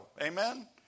Amen